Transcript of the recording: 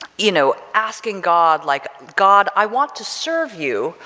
you know, asking god, like god, i want to serve you,